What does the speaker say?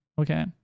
Okay